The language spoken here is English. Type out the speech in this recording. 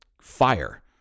fire